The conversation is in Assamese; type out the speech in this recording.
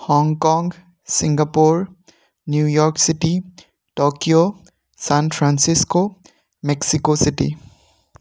Hong Kong Singapore New York City Tokyo San Francisco Mexico city